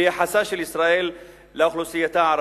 ביחסה של ישראל לאוכלוסייתה הערבית.